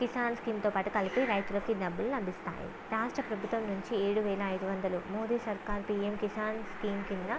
కిసాన్ స్కీంతో కలిపి రైతులకు డబ్బులు అందిస్తాయి రాష్ట్ర ప్రభుత్వం నుంచి ఏడు వేల ఐదు వందలు మోడీ సర్కార్ పీయం కిసాన్ స్కీం కింద